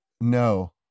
no